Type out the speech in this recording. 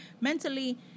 mentally